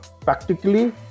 practically